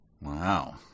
wow